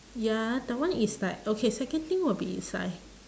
ya that one is like okay second thing will be is like